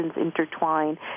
intertwine